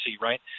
right